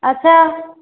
ଆଚ୍ଛା